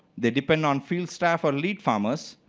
they depends on field staff or lead farmers